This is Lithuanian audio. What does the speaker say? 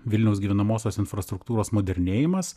vilniaus gyvenamosios infrastruktūros modernėjimas